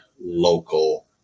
local